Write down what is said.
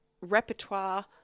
repertoire